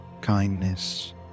kindness